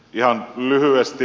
ihan lyhyesti